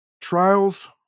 trials